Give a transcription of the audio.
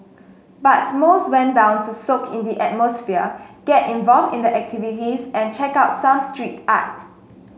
but most went down to soak in the atmosphere get involved in the activities and check out some street art